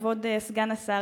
כבוד סגן השר,